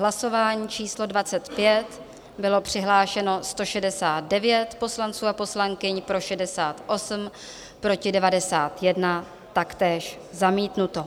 V hlasování číslo 25 bylo přihlášeno 169 poslanců a poslankyň, pro 68, proti 91, taktéž zamítnuto.